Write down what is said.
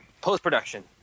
Post-production